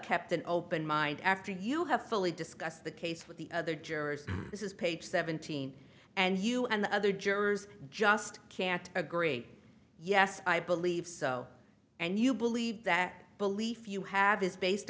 kept an open mind after you have fully discussed the case with the other jurors this is page seventeen and you and the other jurors just can't agree yes i believe so and you believe that belief you have is based